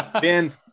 Ben